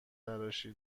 تراشی